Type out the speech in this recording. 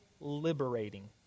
liberating